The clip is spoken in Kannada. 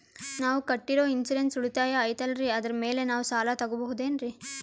ನಾವು ಕಟ್ಟಿರೋ ಇನ್ಸೂರೆನ್ಸ್ ಉಳಿತಾಯ ಐತಾಲ್ರಿ ಅದರ ಮೇಲೆ ನಾವು ಸಾಲ ತಗೋಬಹುದೇನ್ರಿ?